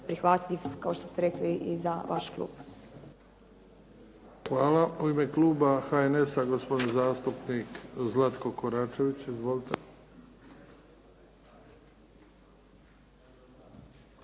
prihvatljiv, kao što ste rekli, i za vaš klub. **Bebić, Luka (HDZ)** U ime kluba HNS-a gospodin zastupnik Zlatko Koračević. Izvolite.